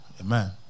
Amen